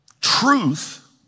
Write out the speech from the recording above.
truth